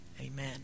Amen